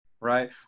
right